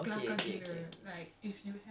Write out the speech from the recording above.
oh my god